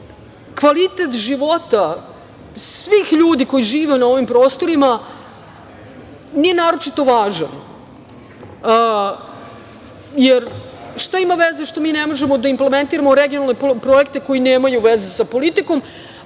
kvalitet života svih ljudi koji žive na ovim prostorima nije naročito važan, jer šta ima veze što mi ne možemo da implementiramo regionalne projekte koji nemaju veze sa politikom